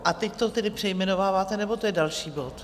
A teď to tedy přejmenováváte nebo to je další bod?